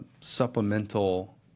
supplemental